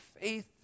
faith